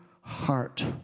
heart